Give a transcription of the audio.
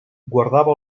guardava